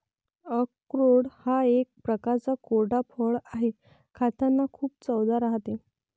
अक्रोड हा एक प्रकारचा कोरडा फळ आहे, खातांना खूप चवदार राहते